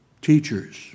teachers